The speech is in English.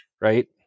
Right